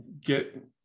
get